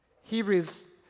Hebrews